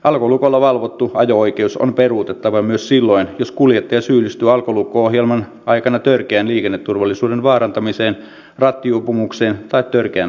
alkolukolla valvottu ajo oikeus on peruutettava myös silloin jos kuljettaja syyllistyy alkolukko ohjelman aikana törkeään liikenneturvallisuuden vaarantamiseen rattijuopumukseen tai törkeään rattijuopumukseen